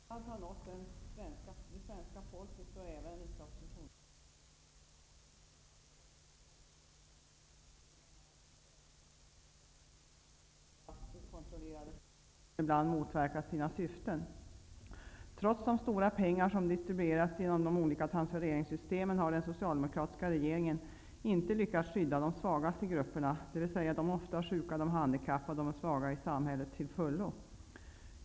Herr talman! Krismedvetandet har nått det svenska folket. De senaste årtiondenas överbudspolitik inom bl.a. socialförsäkringssystemet har bidragit till stora okontrollerade kostnader, som ibland motverkat sina syften. Trots de stora pengar som distribuerats genom de olika transfereringssystemen har den socialdemokratiska regeringen inte lyckats skydda de svagaste grupperna, dvs. de ofta sjuka, de handikappade och de svaga i samhället till fullo.